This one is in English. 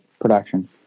production